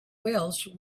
welsh